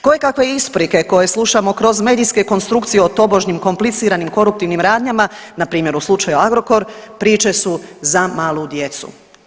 Kojekakve isprike koje slušamo kroz medijske konstrukcije o tobožnjim kompliciranim koruptivnim radnjama, npr. u slučaju Agrokor, priče su za malu djecu.